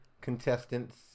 contestants